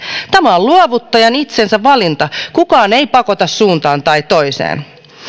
tämä on luovuttajan itsensä valinta kukaan ei pakota suuntaan tai toiseen